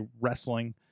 Wrestling